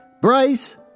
Bryce